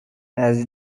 has